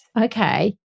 Okay